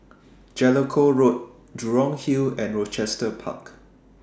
Jellicoe Road Jurong Hill and Rochester Park